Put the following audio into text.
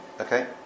Okay